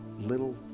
little